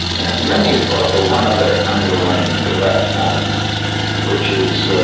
and let me offer one other underlining to that point which is